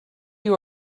you